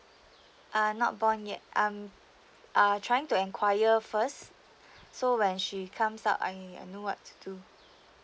uh not born yet um are trying to enquire first so when she comes out I I know what to do